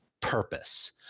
purpose